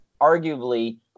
Arguably